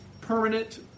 permanent